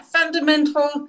fundamental